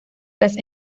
las